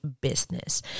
business